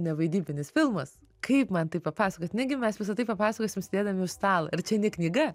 nevaidybinis filmas kaip man tai papasakot negi mes visa tai papasakosim sėdėdami už stalo ir čia ne knyga